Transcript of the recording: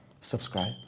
subscribe